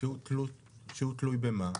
שהוא תלוי במה?